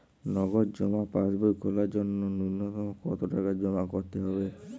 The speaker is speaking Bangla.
নগদ জমা পাসবই খোলার জন্য নূন্যতম কতো টাকা জমা করতে হবে?